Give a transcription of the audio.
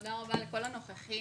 תודה רבה לכל הנוכחים,